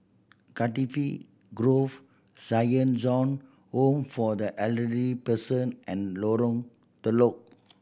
Cardifi Grove Saint John Home for the Elderly Person and Lorong Telok